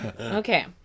Okay